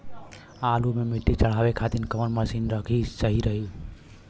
आलू मे मिट्टी चढ़ावे खातिन कवन मशीन सही रही?